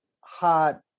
hot